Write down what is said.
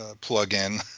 plug-in